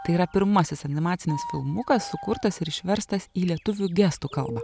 tai yra pirmasis animacinis filmukas sukurtas ir išverstas į lietuvių gestų kalbą